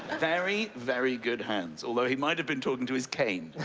very, very good hands, although he might have been talking to his cane.